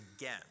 again